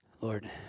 Lord